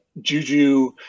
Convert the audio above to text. Juju